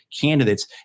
candidates